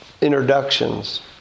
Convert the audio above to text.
introductions